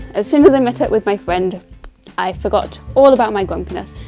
as soon as i met up with my friend i forgot all about my grumpiness.